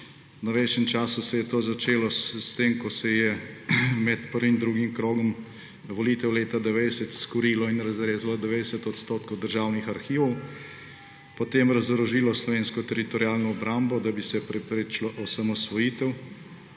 novejšem času se je to začelo s tem, ko se je med prvim in drugim krogom volitev leta 1990 skurilo in razrezalo 90 % državnih arhivov; potem razorožilo slovensko teritorialno obrambo, da bi se preprečila osamosvojitev;